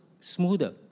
smoother